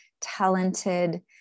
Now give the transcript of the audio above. talented